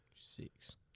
Six